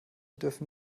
dürfen